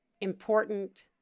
important